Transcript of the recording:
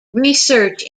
research